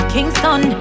Kingston